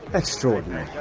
extraordinary.